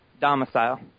domicile